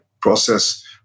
process